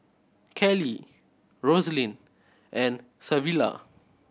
Cali Roselyn and Savilla